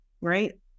right